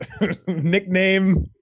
Nickname